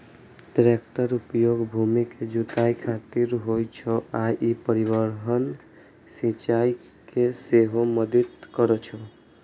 टैक्टरक उपयोग भूमि के जुताइ खातिर होइ छै आ ई परिवहन, सिंचाइ मे सेहो मदति करै छै